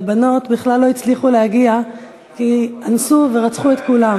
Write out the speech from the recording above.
והבנות בכלל לא הצליחו להגיע כי אנסו ורצחו את כולן.